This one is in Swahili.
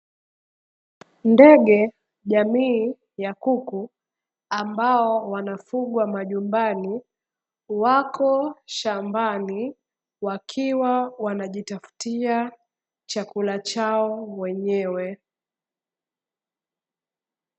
Ndege jamii ya kuku, ambao wanafugwa majumbani, wako shambani wakiwa wanajitafutia chakula chao wenyewe.